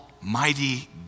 mighty